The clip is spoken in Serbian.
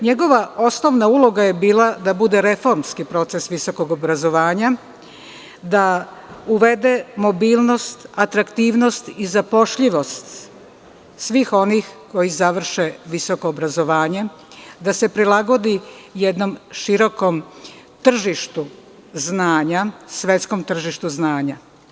Njegova osnovna uloga je bila da bude reformski proces visokog obrazovanja, da uvede mobilnost, atraktivnost i zapošljivost svih onih koji završe visoko obrazovanje, da se prilagodi jednom širokom tržištu znanja, svetskom tržištu znanja.